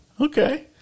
Okay